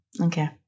Okay